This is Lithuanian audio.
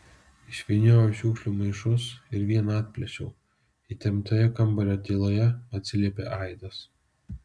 išvyniojau šiukšlių maišus ir vieną atplėšiau įtemptoje kambario tyloje atsiliepė aidas